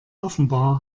offenbar